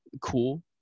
cool